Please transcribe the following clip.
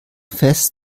fest